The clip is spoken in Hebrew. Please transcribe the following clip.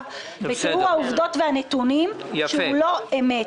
בתיאור העובדות והנתונים שהוא לא אמת.